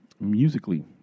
musically